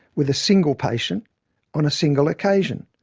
with a single patient on a single occasion.